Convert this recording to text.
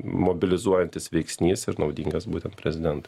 mobilizuojantis veiksnys ir naudingas būtent prezidentui